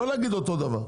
לא להגיד אותו דבר.